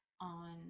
on